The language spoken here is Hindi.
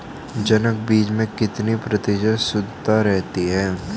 जनक बीज में कितने प्रतिशत शुद्धता रहती है?